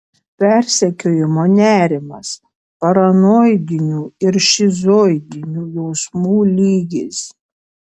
persekiojimo nerimas paranoidinių ir šizoidinių jausmų lygis